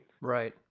Right